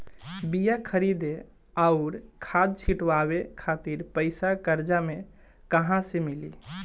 बीया खरीदे आउर खाद छिटवावे खातिर पईसा कर्जा मे कहाँसे मिली?